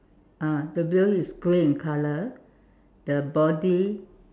ah the wheel is grey in colour the body